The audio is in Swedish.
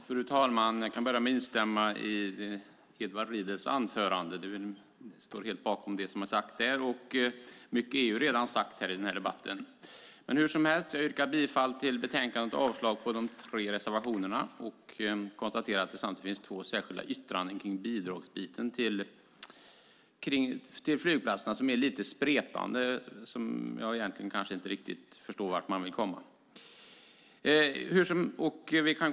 Fru talman! Jag börjar med att instämma i Edward Riedls anförande. Jag står bakom det som sades. Mycket är redan sagt i debatten. Jag yrkar bifall till förslaget i betänkandet och avslag på de tre reservationerna. Jag konstaterar att det finns två särskilda yttranden när det gäller bidrag till flygplatserna. De är lite spretande, och jag förstår inte riktigt vart man vill komma.